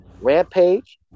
rampage